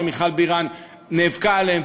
שמיכל בירן נאבקה עליהן.